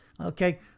okay